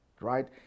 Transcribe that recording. right